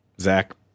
Zach